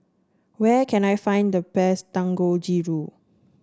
where can I find the best Dangojiru